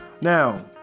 Now